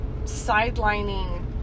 sidelining